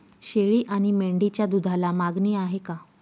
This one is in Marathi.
शेळी आणि मेंढीच्या दूधाला मागणी आहे का?